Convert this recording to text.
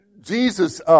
Jesus